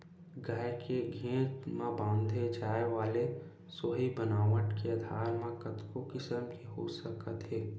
गाय के घेंच म बांधे जाय वाले सोहई बनावट के आधार म कतको किसम के हो सकत हे